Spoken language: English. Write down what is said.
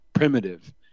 Primitive